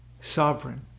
Sovereign